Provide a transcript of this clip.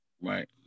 Right